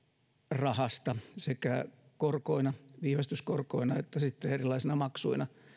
rahasta sekä korkoina ja viivästyskorkoina että sitten erilaisina maksuina